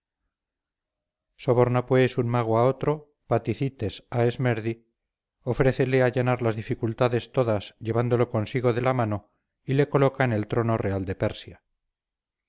soborna pues un mago a otro patizites a esmerdi ofrécele allanar las dificultades todas llévalo consigo de la mano y le coloca en el trono real de persia